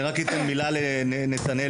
דניאל